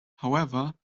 however